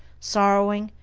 sorrowing,